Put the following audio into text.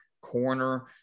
corner